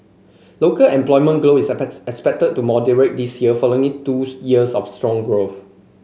local employment grow is expected to moderate this year following two years of strong growth